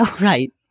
Right